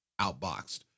outboxed